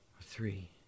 three